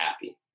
happy